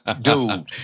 dude